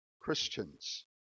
Christians